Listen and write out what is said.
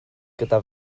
gyda